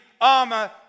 armor